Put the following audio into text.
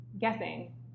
guessing